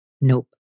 Nope